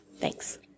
thanks